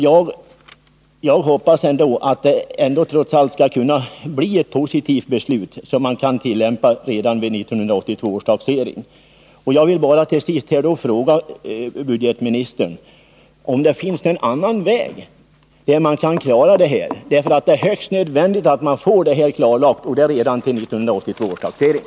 Jag hoppas trots allt att det skall kunna bli ett positivt beslut som man kan tillämpa redan vid 1982 års taxering. Till sist vill jag bara fråga budgetministern om det finns en annan väg att gå för att klara det här. Det är nämligen högst nödvändigt att man får saken klarlagd till 1982 års taxering.